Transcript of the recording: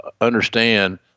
understand